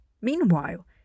Meanwhile